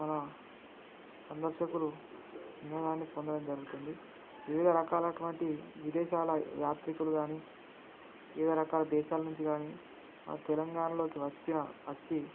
మన సందర్శకులు వినోదాన్ని పొందడం జరుగుతుంది వివిధ రకాలైనటువంటి విదేశాల యాత్రికులు కానీ వివిధ రకాల దేశాల నుంచి కానీ మన తెలంగాణలోకి వచ్చిన వచ్చి